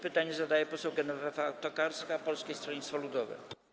Pytanie zadaje poseł Genowefa Tokarska, Polskie Stronnictwo Ludowe.